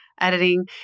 editing